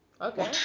Okay